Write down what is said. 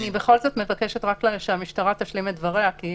אני מבקשת שהמשטרה בכל זאת תשלים את דבריה, היא